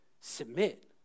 submit